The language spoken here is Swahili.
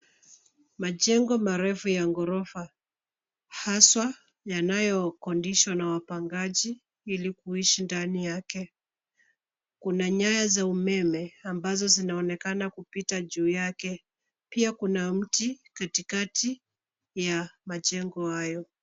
Majengo marefu ya ghorofa, haswa, yanayokodishwa na wapangaji, ili kuishi ndani yake. Kuna nyaya za umeme, ambazo zinaonekana kupita juu yake. Pia kuna mti, katikati ya majengo hayo.